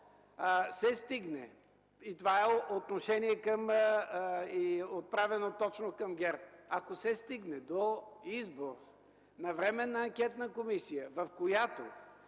коалиция, това е отношение отправено точно към ГЕРБ, че ако се стигне до избор на временна анкетна комисия, в която